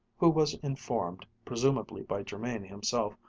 who was informed, presumably by jermain himself,